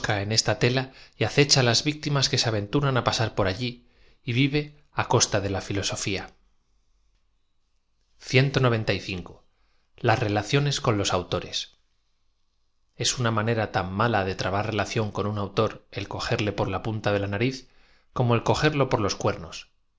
en eata tela y acecha las victim as que se aventuran á pasar por allí y v iv e á costa de la filosoña alacio con lo autores es una manera taa m ala de trabar relación con ua autor el cogerle por la punta de la nariz como e l co gerlo por los cuernos